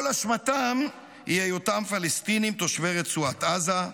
כל אשמתם היא היותם פלסטינים תושבי רצועת עזה,